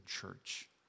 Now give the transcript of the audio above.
church